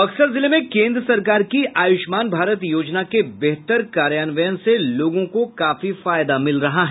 बक्सर जिले में केंद्र सरकार की आयुष्मान भारत योजना के बेहतर कार्यान्वयन से लोगों को काफी फायदा मिल रहा है